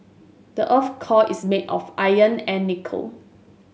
the earth core is made of iron and nickel